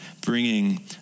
bringing